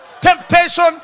temptation